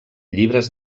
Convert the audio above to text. llibres